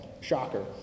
Shocker